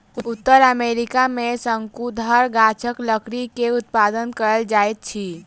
उत्तर अमेरिका में शंकुधर गाछक लकड़ी के उत्पादन कायल जाइत अछि